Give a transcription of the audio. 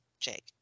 Jake